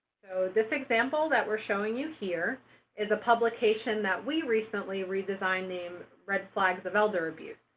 this example that we're showing you here is a publication that we recently redesigned named red flags of elder abuse.